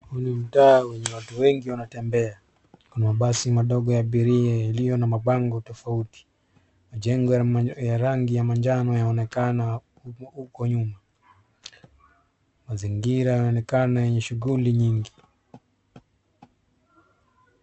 Huu ni mtaa wenye watu wengi wanatembea. Mabasi madogo ya abiria yaliyo na mabango tofauti. Majengo ya rangi ya manjano yanayoonekana huko nyuma. Mazingira yanaonekana yenye shughuli nyingi.